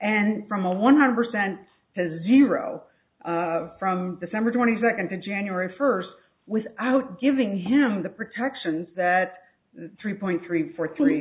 and from a one hundred percent has zero from december twenty second to january first without giving him the protections that the three point three four three